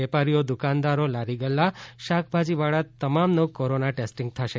વેપારીઓ દુકાનદારો લારી ગલ્લા શાકભાજી વાળા તમામનો કોરોના ટેસ્ટિંગ થશે